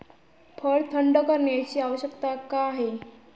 फळ थंड करण्याची आवश्यकता का आहे?